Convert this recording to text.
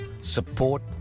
support